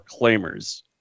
claimers